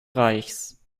reichs